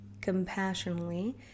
compassionately